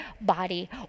body